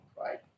right